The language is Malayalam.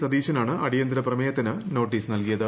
സതീശനാണ് അടിയന്തര പ്രമേയത്തിന് നോട്ടീസ് നൽകിയത്